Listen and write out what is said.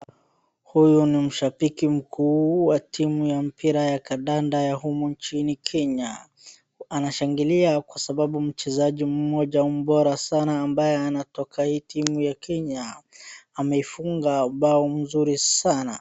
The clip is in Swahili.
Huyu ni mshabiki mkuu wa timu ya mpira ya kandanda ya humu nchini Kenya. Anashangilia kwa sababu mchezaji mmoja bora sana ambaye anatoka hii timu ya Kenya amefunga bao mzuri sana.